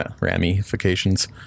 ramifications